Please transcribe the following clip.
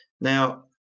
Now